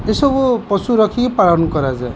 ଏସବୁ ପଶୁ ରଖିକି ପାଳନ କରାଯାଏ